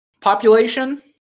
population